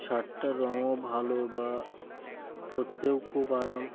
শার্টটার রঙও ভালো বা পরতেও খুব আরাম